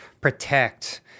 protect